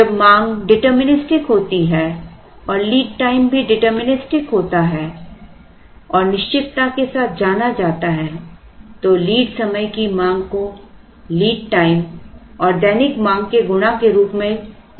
जब मांग डिटरमिनिस्टिक होती है और लीड टाइम भी डिटरमिनिस्टिक होता है और निश्चितता के साथ जाना जाता है तो लीड समय की मांग को लीड टाइम और दैनिक मांग के गुणा के रूप में गणना की जा सकती है